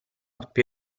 più